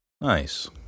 Nice